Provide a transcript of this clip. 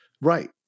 Right